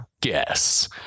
guess